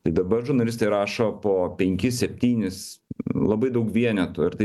tai dabar žurnalistai rašo po penkis septynis labai daug vienetų ir tai